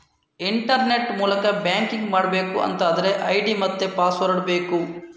internet ಮೂಲಕ banking ಮಾಡ್ಬೇಕು ಅಂತಾದ್ರೆ ಐಡಿ ಮತ್ತೆ ಪಾಸ್ವರ್ಡ್ ಬೇಕು